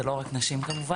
כי זה לא רק נשים כמובן,